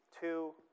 Two